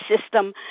system